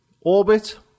Orbit